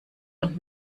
und